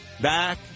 back